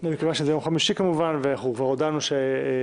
- חוק שמקנה מגוון רחב של סמכויות להתמודד עם הנגיף